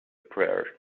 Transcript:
prayer